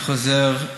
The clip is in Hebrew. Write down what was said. אני חוזר,